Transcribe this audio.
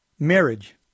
Marriage